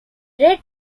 red